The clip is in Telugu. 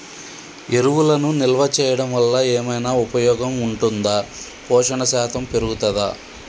ఎరువులను నిల్వ చేయడం వల్ల ఏమైనా ఉపయోగం ఉంటుందా పోషణ శాతం పెరుగుతదా?